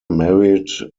married